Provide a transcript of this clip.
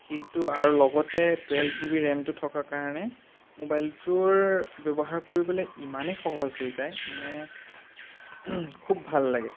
সেইটো আৰু লগতে টুৱেল্ভ জি বি ৰেমটো থকা কাৰণে মোবাইলটোৰ ব্যৱহাৰ কৰিবলৈ ইমানেই সহজ হৈ যায় মানে খুব ভাল লাগে